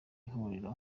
huriro